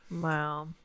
wow